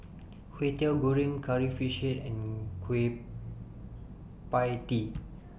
Kwetiau Goreng Curry Fish Head and Kueh PIE Tee